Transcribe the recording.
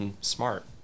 smart